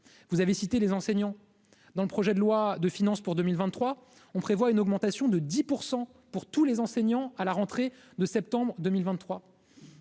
vous avez cité les enseignants dans le projet de loi de finances pour 2023, on prévoit une augmentation de 10 % pour tous les enseignants à la rentrée de septembre 2023